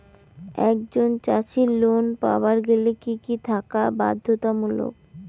একজন চাষীর লোন পাবার গেলে কি কি থাকা বাধ্যতামূলক?